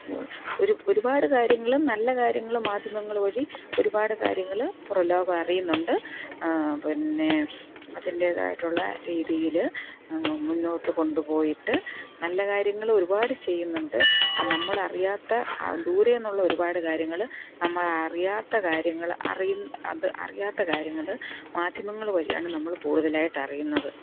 ഒരു ഒരുപാട് കാര്യങ്ങളും നല്ല കാര്യങ്ങളും മാധ്യമങ്ങൾ വഴി ഒരുപാടു കാര്യങ്ങൾ പുറംലോകം അറിയുന്നുണ്ട് പിന്നെ അതിൻ്റേതായിട്ടുള്ള രീതിയിൽ മുന്നോട്ടുകൊണ്ടു പോയിട്ട് നല്ല കാര്യങ്ങൾ ഒരുപാട് ചെയ്യുന്നുണ്ട് നമ്മൾ അറിയാത്ത ദൂരെ നിന്നുള്ള കാര്യങ്ങൾ നമ്മൾ അറിയാത്ത കാര്യങ്ങൾ അറിയുന്ന അത് അറിയാത്ത കാര്യങ്ങൾ മാധ്യമങ്ങൾ വഴി ആണ് നമ്മൾ കൂടുതലായിട്ട് അറിയുന്നത്